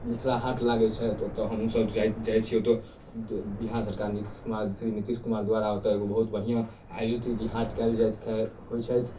मिथला हाट लागै छै ओतऽ हमहूँसभ जाइ छी ओतऽ जे बिहार सरकार नितीश कुमार श्री नितीश कुमार द्वारा ओतऽ एगो बहुत बढ़िआँ आयोजित हाट कएल जाइ होइ छथि